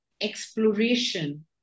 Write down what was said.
exploration